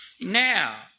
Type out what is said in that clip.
now